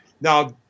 Now